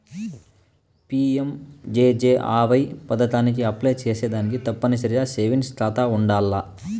PMJJAY పదకానికి apply సేసేదానికి తప్పనిసరిగా సేవింగ్స్ కాతా ఉండాల్ల